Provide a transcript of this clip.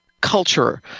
culture